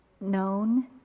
known